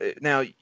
Now